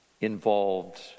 involved